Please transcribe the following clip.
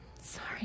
Sorry